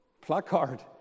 placard